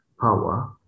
power